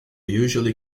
usually